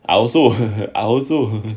I also I also